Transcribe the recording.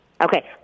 Okay